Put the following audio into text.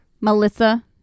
Melissa